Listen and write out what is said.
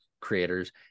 creators